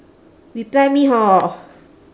reply me hor